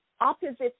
opposites